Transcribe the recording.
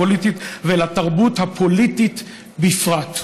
לתרבות בכלל ולתרבות הפוליטית בפרט.